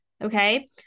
Okay